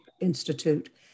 Institute